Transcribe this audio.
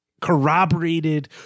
corroborated